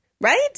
right